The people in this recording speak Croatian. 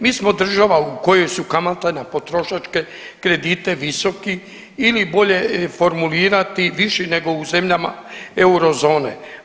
Mi smo država u kojoj su kamate na potrošačke kredite visoki ili bolje formulirati viši nego u zemljama eurozone.